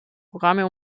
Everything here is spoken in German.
programme